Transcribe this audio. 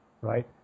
right